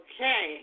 Okay